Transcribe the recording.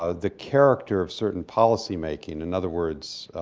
ah the character of certain policy-making. in other words,